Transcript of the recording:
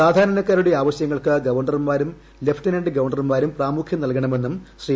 സാധാരണക്കാരുടെ ആവശ്യങ്ങൾക്ക് ഗവർണർമാരും ലഫ്റ്റനന്റ് ഗവർണർമാരും പ്രാമുഖ്യം നൽകണമെന്നും ശ്രീ